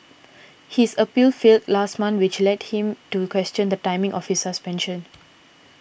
his appeal failed last month which led him to question the timing of his suspension